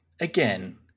Again